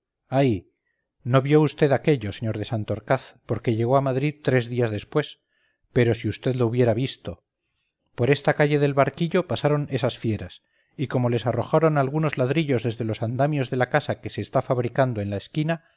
ay vd no vio aquello sr de santorcaz porque llegó a madrid tres días después pero si vd lo hubiera visto por esta calle del barquillo pasaron esas fieras y como les arrojaron algunos ladrillos desde los andamios de la casa que se está fabricando en la esquina